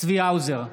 צבי האוזר,